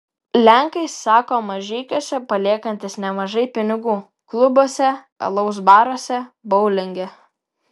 lenkai sako mažeikiuose paliekantys nemažai pinigų klubuose alaus baruose boulinge